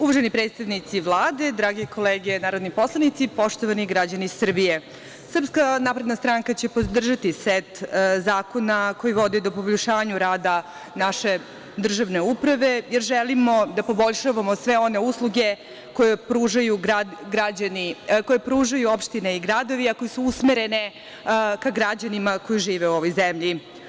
Uvaženi predstavnici Vlade, drage kolege narodni poslanici, poštovani građani Srbije, SNS će podržati set zakona koji vode do poboljšanja rada naše državne uprave, jer želimo da poboljšamo sve one usluge koje pružaju opštine i gradovi a koje su usmerene ka građanima koji žive u ovoj zemlji.